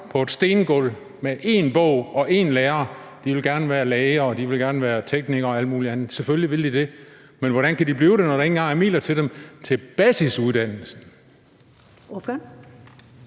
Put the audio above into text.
på et stengulv med én bog og én lærer. De vil gerne være læger, de vil gerne være teknikere og alt muligt andet. Selvfølgelig vil de det – men hvordan kan de blive det, når der ikke engang er midler til dem til en basisuddannelse?